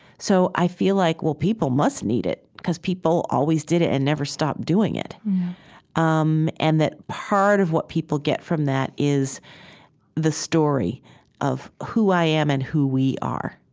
so i feel like, well, people must need it because people always did it and never stopped doing it um and that part of what people get from that is the story of who i am and who we are.